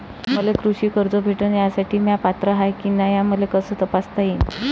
मले कृषी कर्ज भेटन यासाठी म्या पात्र हाय की नाय मले कस तपासता येईन?